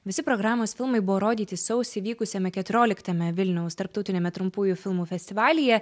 visi programos filmai buvo rodyti sausį vykusiame keturioliktame vilniaus tarptautiniame trumpųjų filmų festivalyje